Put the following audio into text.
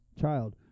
child